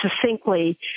succinctly